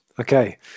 Okay